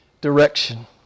direction